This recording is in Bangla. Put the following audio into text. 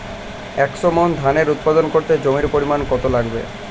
একশো মন ধান উৎপাদন করতে জমির পরিমাণ কত লাগবে?